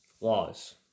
laws